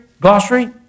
Glossary